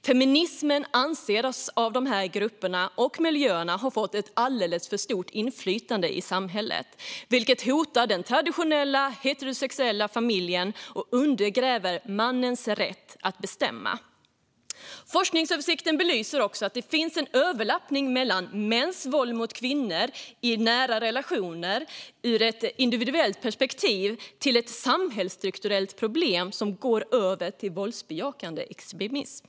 Feminismen anses av dessa grupper och miljöer ha fått alldeles för stort inflytande i samhället, vilket hotar den traditionella, heterosexuella familjen och undergräver mannens rätt att bestämma. Forskningsöversikten belyser också att det finns en överlappning mellan mäns våld mot kvinnor i nära relationer ur ett individuellt perspektiv och ett samhällsstrukturellt problem som går över till våldsbejakande extremism.